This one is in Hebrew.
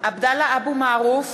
עבדאללה אבו מערוף,